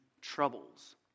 troubles